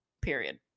Period